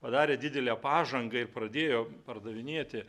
padarė didelę pažangą ir pradėjo pardavinėti